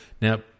now